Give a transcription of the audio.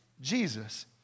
Jesus